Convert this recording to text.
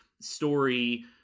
story